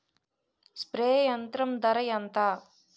Spray యంత్రం ధర ఏంతా?